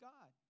God